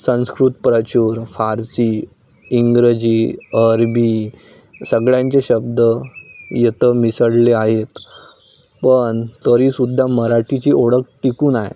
संस्कृत प्रचूर फारसी इंग्रजी अरबी सगळ्यांचे शब्द येतं मिसळले आहेत पण तरीसुद्धा मराठीची ओळख टिकून आहे